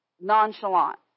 nonchalant